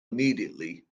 immediately